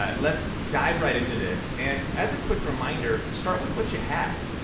ah let's dive right into this. and as a quick reminder, start with what you have.